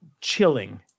chilling